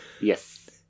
Yes